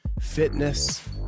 fitness